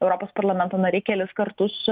europos parlamento nariai kelis kartus